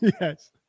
Yes